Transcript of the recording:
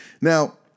Now